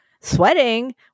sweating